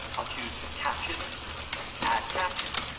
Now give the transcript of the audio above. i'll choose captions add caption.